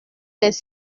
les